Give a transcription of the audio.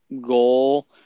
goal